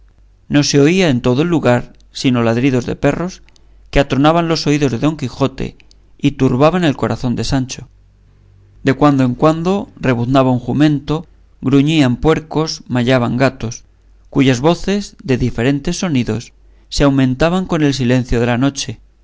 no se oía en todo el lugar sino ladridos de perros que atronaban los oídos de don quijote y turbaban el corazón de sancho de cuando en cuando rebuznaba un jumento gruñían puercos mayaban gatos cuyas voces de diferentes sonidos se aumentaban con el silencio de la noche